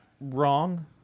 wrong